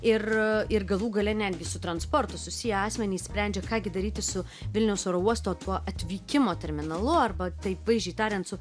ir ir galų gale netgi su transportu susiję asmenys sprendžia ką gi daryti su vilniaus oro uosto tuo atvykimo terminalu arba taip vaizdžiai tariant su